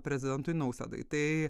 prezidentui nausėdai tai